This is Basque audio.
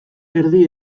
erdi